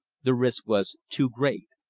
the risk was too great.